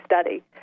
study